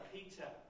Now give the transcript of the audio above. Peter